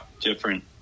different